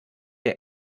der